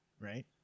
Right